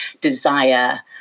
desire